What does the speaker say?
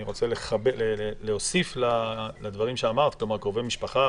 אני רוצה להוסיף לדברים שאמרת לגבי קרובי משפחה,